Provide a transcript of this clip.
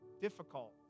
difficult